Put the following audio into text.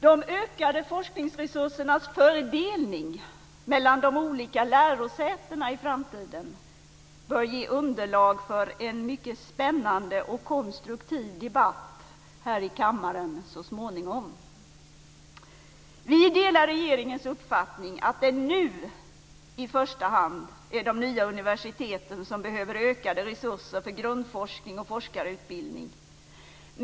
De ökade forskningsresursernas fördelning i framtiden mellan de olika lärosätena bör så småningom ge underlag för en mycket spännande och konstruktiv debatt i kammaren. Vi delar regeringens uppfattning att det nu, i första hand, är de nya universiteten som behöver ökade resurser för grundforskning och forskarutbildning.